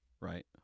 right